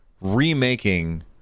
remaking